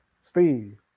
Steve